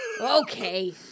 Okay